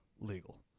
legal